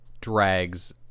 drags